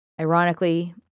Ironically